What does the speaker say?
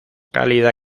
cálida